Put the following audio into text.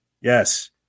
Yes